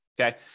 Okay